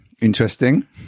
Interesting